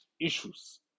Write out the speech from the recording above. issues